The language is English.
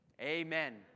Amen